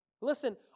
Listen